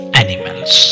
animals